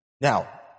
Now